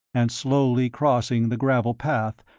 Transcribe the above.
and, slowly crossing the gravel path,